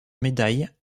médailles